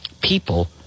people